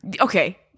Okay